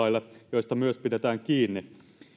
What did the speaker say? joista myös pidetään kiinni